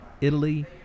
Italy